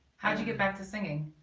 how'd you get back to singing?